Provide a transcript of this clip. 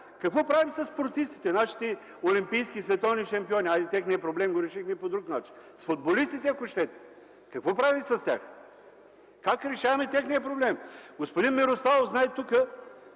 Какво правим със спортистите – нашите олимпийски и световни шампиони. Хайде, техния проблем решихме по друг начин. С футболистите какво правим? Как решаваме техния проблем? Господин Мирославов,